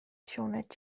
sioned